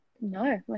No